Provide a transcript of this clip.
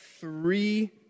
three